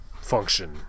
function